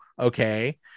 Okay